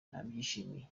nabyishimiye